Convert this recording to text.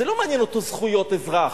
לא מעניין אותו זכויות אזרח,